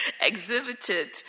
exhibited